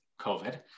COVID